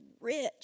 rich